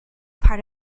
part